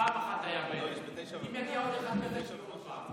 פעם אחת היה, אם יגיע עוד אחד כזה אדוני